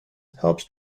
helps